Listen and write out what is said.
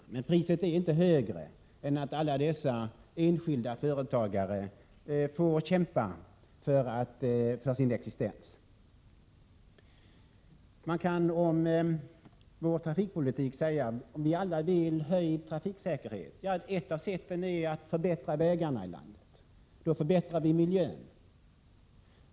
Men priset är inte högre än att alla dessa enskilda företagare måste kämpa för sin existens. Man kan om vår trafikpolitik säga att vi alla vill ha höjd trafiksäkerhet. Ett av sätten är att förbättra vägarna i landet. Då förbättras också miljön.